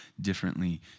differently